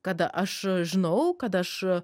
kada aš žinau kad aš